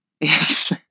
Yes